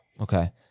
Okay